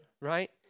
right